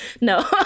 No